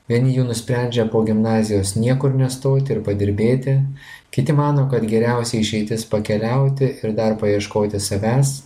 vieni jų nusprendžia po gimnazijos niekur nestoti ir padirbėti kiti mano kad geriausia išeitis pakeliauti ir dar paieškoti savęs